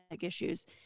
issues